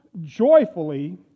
joyfully